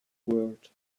word